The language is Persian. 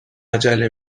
عجله